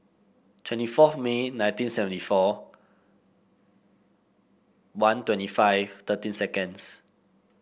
twenty fourth May nineteen seventy four one twenty five thirteen seconds